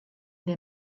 der